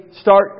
start